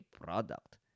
product